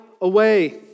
away